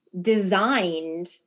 designed